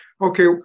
okay